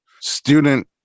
student